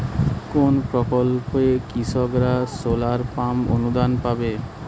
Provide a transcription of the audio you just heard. কোন প্রকল্পে কৃষকরা সোলার পাম্প অনুদান পাবে?